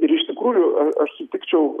ir iš tikrųjų aš sutikčiau